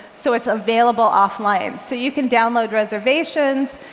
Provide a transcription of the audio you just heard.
so it's available offline. so you can download reservations,